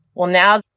well, now,